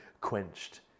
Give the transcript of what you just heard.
quenched